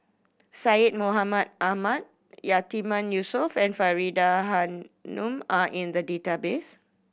Syed Mohamed Ahmed Yatiman Yusof and Faridah Hanum are in the database